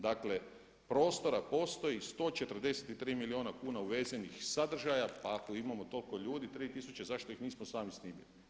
Dakle prostora postoji 143 milijuna kuna uvezenih sadržaja, pa ako imamo toliko ljudi 3 tisuće zašto ih nismo sami snimili?